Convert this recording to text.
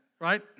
right